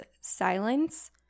silence